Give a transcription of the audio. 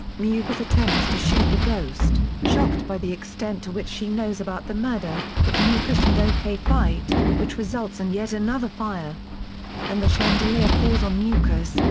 mukesh attempts to shoot the ghost, shocked by the extent to which she knows about the murder, but mukesh and o k. fight, which results in and yet another fire and the chandelier falls on mukesh,